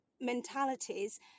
mentalities